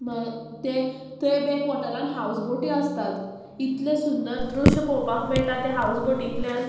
माय ते ते बॅक वॉटरान हावज बोटी आसतात इतले सुंदर दृश्य पळोवपाक मेळटा ते हावजबोटींतल्यान